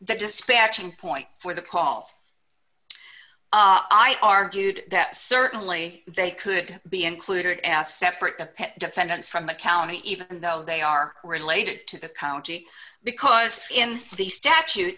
that dispatching point for the calls i argued that certainly they could be included as separate defendants from the county even though they are related to the county because in the statute